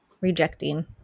rejecting